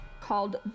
called